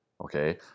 Okay